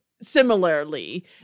similarly